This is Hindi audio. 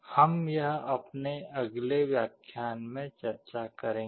हम यह अपने अगले व्याख्यान में चर्चा करेंगे